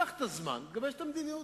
קח את הזמן ותגבש את המדיניות.